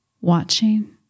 watching